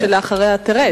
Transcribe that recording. שאחר כך תרד.